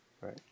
right